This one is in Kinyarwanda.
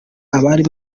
abari